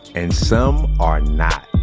and some are not